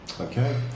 Okay